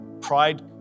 Pride